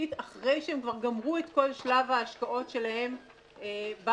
אמיתית אחרי שהם כבר גמרו את כל שלב ההשקעות שלהם בקידוחים.